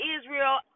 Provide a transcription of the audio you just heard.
Israel